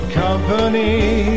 company